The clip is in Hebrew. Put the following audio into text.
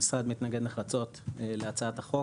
המשרד מתנגד נחרצות להצעת החוק.